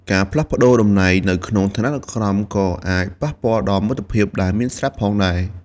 ការផ្លាស់ប្តូរតំណែងនៅក្នុងឋានានុក្រមក៏អាចប៉ះពាល់ដល់មិត្តភាពដែលមានស្រាប់ផងដែរ។